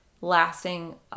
lasting